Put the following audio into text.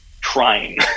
trying